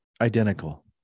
identical